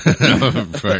Right